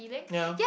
ya